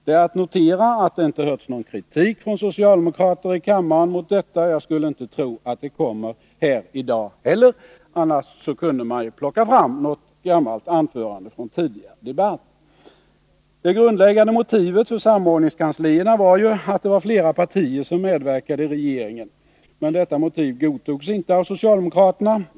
Det är att notera att det inte hörts någon kritik från socialdemokrater i kammaren mot detta. Jag skulle inte tro att det kommer någon sådan här i dag heller. Annars kunde man ju plocka fram något gammalt anförande från tidigare debatter. Det grundläggande motivet för samordningskanslierna var ju att det var flera partier som medverkade i regeringen. Men detta motiv godtogs inte av socialdemokraterna.